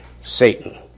Satan